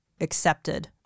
accepted